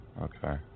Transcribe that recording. Okay